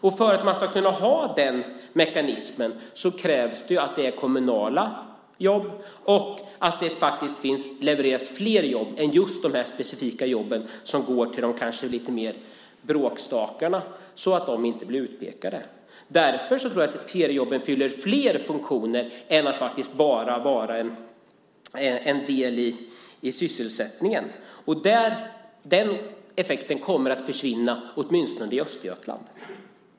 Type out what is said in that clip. För att man ska kunna ha den mekanismen krävs det att det är kommunala jobb och att det faktiskt levereras fler jobb än just de specifika jobb som går till dem som kanske är lite mer av bråkstakar, så att inte de blir utpekade. Därför tror jag att feriejobb fyller fler funktioner än att bara vara en del i sysselsättningen. Den effekten kommer att försvinna, åtminstone i Östergötland.